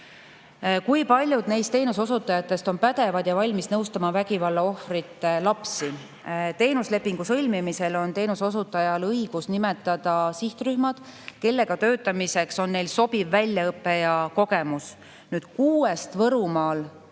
Kui paljud neist teenuse osutajatest on pädevad ja valmis nõustama vägivalla ohvrite lapsi? Teenuslepingu sõlmimisel on teenuse osutajal õigus nimetada sihtrühmad, kellega töötamiseks on neil sobiv väljaõpe ja kogemus. Kuuest Võrumaal traumast